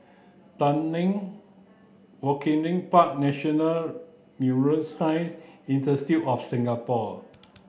Tanglin Waringin Park National Neuroscience Institute of Singapore